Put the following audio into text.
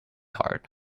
hard